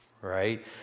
right